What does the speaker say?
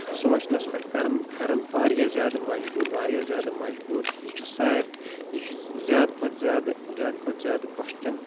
سونٛچنس پٮ۪ٹھ کران کران واریاہ زیادٕ مجبور واریاہ زیادٕ مجبور یہِ چھُ سار یہِ چھُ زیادٕ کھۄتہٕ زیادٕ زیادٕ کھۄتہٕ زیادٕ کۄسچن